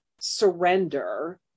surrender